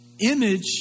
Image